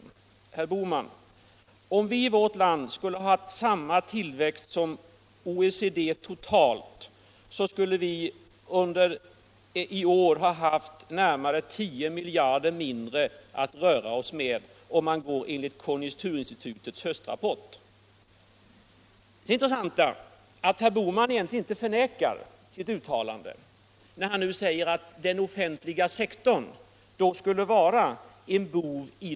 Om vi i vårt land under perioden 1973-1976 skulle haft samma tillväxt som OECD totalt, skulle vi i år ha haft närmare 10 miljarder mindre att röra OSS med, om man utgår från konjunkturinstitutets höstrapport, prognosen för 1976. Det är intressant att herr Bohman inte förnekar sitt uttalande om att den offentliga sektorn skulle skapa problem.